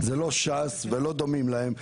זה לא ש"ס ולא דומים להם,